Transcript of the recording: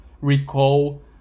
recall